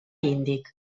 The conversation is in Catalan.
índic